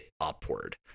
upward